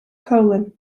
colon